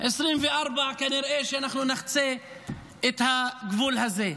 ב-2024 כנראה שאנחנו נחצה את הגבול הזה.